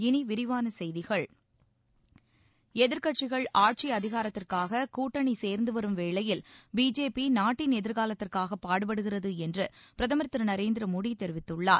இனி விரிவான செய்திகள் எதிர்கட்சிகள் ஆட்சி அதிகாரத்திற்காக கூட்டணி சேர்ந்து வரும் வேளையில் பிஜேபி நாட்டின் எதிர்காலத்திற்காக பாடுபடுகிறது என்று பிரதமர் திரு நரேந்திர மோடி தெரிவித்துள்ளார்